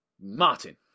Martin